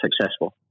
successful